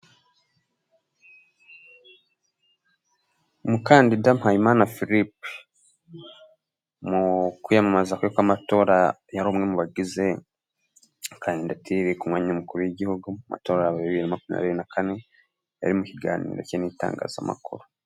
Umukandida Mpayimana Philippe, mu kwiyamamaza kwe kw'amatora yari umwe mu bagize kandidatire ku mwanya w'umakuru w'igihugu, mu matora ya bibiri na makumyabiri na kane, yari mu kiganiro cye n'itangazamakuru.